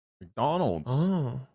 McDonald's